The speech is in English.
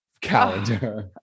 calendar